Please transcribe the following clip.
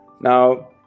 now